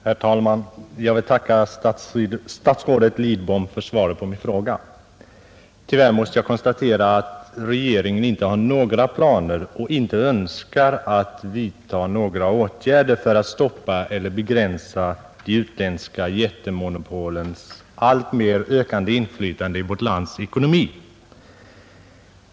Herr talman! Jag vill tacka statsrådet Lidbom för svaret på min fråga. Tyvärr måste jag konstatera att regeringen inte har några planer och inte önskar vidta några åtgärder för att stoppa eller begränsa de utländska jättemonopolens alltmer ökande inflytande i vårt lands ekonomi.